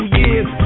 years